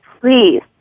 please